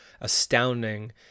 astounding